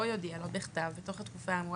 או יודיע לו בכתב בתוך התקופה האמורה,